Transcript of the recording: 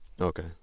okay